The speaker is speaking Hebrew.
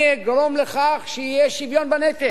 אני אגרום לכך שיהיה שוויון בנטל.